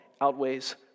outweighs